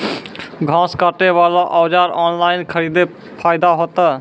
घास काटे बला औजार ऑनलाइन खरीदी फायदा होता?